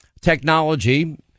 technology